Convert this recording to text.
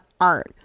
art